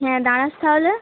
হ্যাঁ দাঁড়াস তাহলে